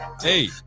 Hey